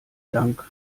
dank